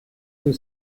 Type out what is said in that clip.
que